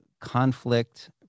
conflict